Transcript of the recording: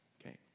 Okay